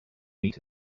meet